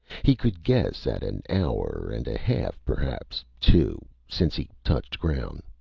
he could guess at an hour and a half, perhaps two, since he touched ground.